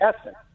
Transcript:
essence